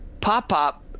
pop-pop